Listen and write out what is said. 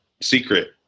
secret